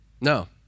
No